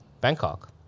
Bangkok